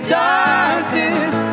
darkness